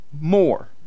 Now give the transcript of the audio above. more